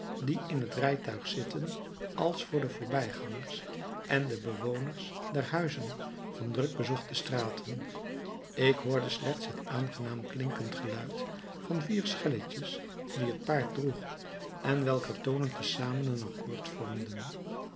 die in het rijtuig zitten als voor de voorbijgangers en de bewoners der huizen van druk bezochte straten ik hoorde slechts het aangenaam klinkend geluid van vier schelletjes die het paard droeg en welker toonen te zamen een accoord vormden